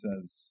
says